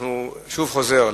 אני חוזר.